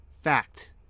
Fact